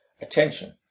attention